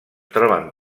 troben